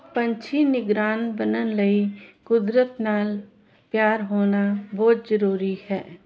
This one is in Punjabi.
ਪੰਛੀ ਨਿਗਰਾਨ ਬਣਨ ਲਈ ਕੁਦਰਤ ਨਾਲ ਪਿਆਰ ਹੋਣਾ ਬਹੁਤ ਜਰੂਰੀ ਹੈ